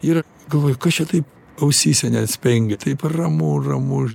ir galvoju kas čia taip ausyse net spengia taip ramu ramu